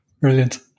Brilliant